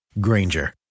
Granger